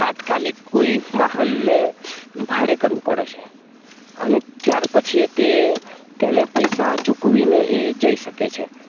તાત્કાલિક કોઈ વાહનને ભાડે કરવું પડે છે અને ત્યાર પછી તે તેને પૈસા ચૂકવીને એ જઈ શકે છે